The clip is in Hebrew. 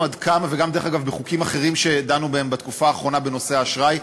החוק הזה הולך לעבור.